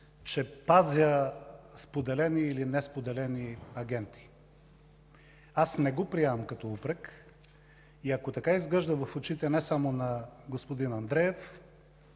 че пазя споделени или несподелени агенти. Аз не го приемам като упрек и, ако така изглежда в очите не само на господин Андреев,